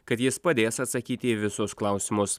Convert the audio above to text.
kad jis padės atsakyti į visus klausimus